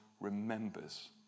remembers